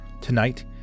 Tonight